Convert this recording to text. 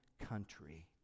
country